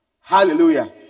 Hallelujah